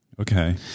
Okay